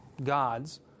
gods